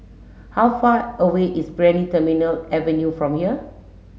how far away is Brani Terminal Avenue from here